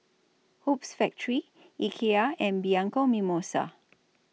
Hoops Factory Ikea and Bianco Mimosa